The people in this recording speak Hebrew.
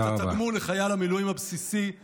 את התגמול הבסיסי לחייל המילואים,